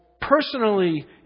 personally